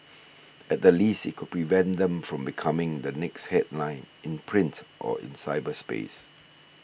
at the least it could prevent them from becoming the next headline in print or in cyberspace